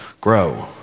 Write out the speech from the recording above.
grow